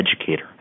educator